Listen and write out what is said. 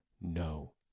No